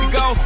go